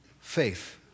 faith